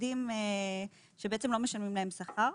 עובדים שלא משלמים להם שכר.